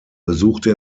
besuchte